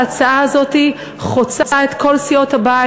ההצעה הזאת חוצה את כל סיעות הבית,